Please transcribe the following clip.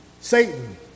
Satan